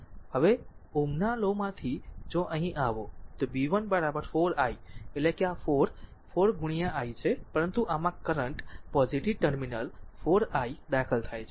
તેથી જો હવે Ωs ના લો માંથી જો અહીં આવો તો b 1 4 i એટલે કે r આ 4 4 i છે પરંતુ આમાં કરંટ પોઝીટીવ ટર્મિનલ 4 i દાખલ થાય છે